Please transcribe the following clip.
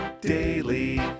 daily